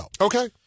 Okay